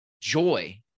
joy